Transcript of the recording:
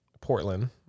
Portland